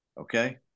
okay